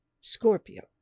Scorpio